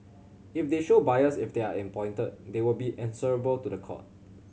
if they show bias if they are appointed they will be answerable to the court